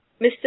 Mr